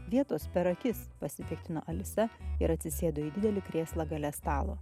vietos per akis pasipiktino alisa ir atsisėdo į didelį krėslą gale stalo